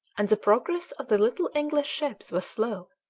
and the progress of the little english ships was slow.